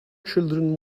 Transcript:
children